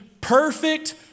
perfect